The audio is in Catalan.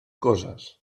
coses